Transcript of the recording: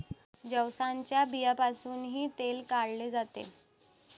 जवसाच्या बियांपासूनही तेल काढले जाते